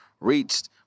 reached